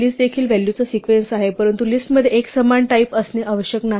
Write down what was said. list देखील व्हॅलूचा sequence आहे परंतु लिस्टमध्ये एकसमान टाईप असणे आवश्यक नाही